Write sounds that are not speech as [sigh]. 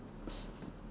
[noise]